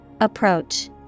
Approach